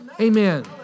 Amen